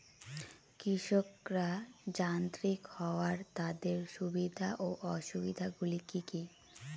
কৃষকরা যান্ত্রিক হওয়ার তাদের সুবিধা ও অসুবিধা গুলি কি কি?